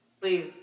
please